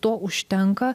to užtenka